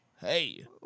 Hey